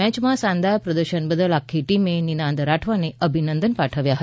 મેચમાં શાનદાર પ્રદશન બદલ આખી ટીમે નિનાદ રાઠવાને અભિનંદન પાઠવ્યા હતાં